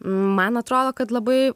man atrodo kad labai